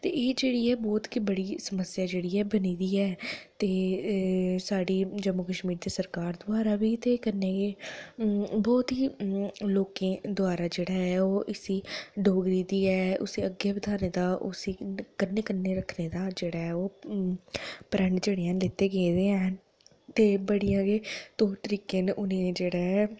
ते एह् जेह्ड़ी ऐ बहुत गै बड़ी समस्या जेह्ड़ी बनी दी ऐ ते साढ़ी जम्मू कश्मीर च सरकार थमां बी ते कन्नै बहुत ही लोकें दबारा जेह्ड़ा ऐ ओह् उसी दा जेह्ड़ा ऐ ओह् प्रण जेह्ड़े हैन लैते गेदे हैन ते बड़ियां गै तौर तरीके उ'नें जेह्ड़ा ऐ